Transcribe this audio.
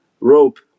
rope